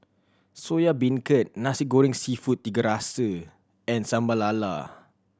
Soya Beancurd Nasi Goreng Seafood Tiga Rasa and Sambal Lala